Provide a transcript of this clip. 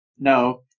No